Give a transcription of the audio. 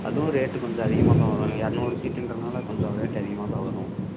அதுவும் ரேட்டு கொஞ்சம் அதிகமாக தான் வரும் இரநூறு ஷீட்டுன்றதுனால கொஞ்சம் ரேட்டு அதிகமாக தான் வரும்